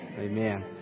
Amen